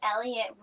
Elliot